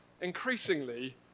increasingly